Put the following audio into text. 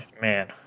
man